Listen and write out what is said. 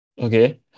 Okay